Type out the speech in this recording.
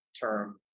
term